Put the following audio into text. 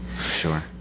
Sure